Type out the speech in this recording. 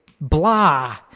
Blah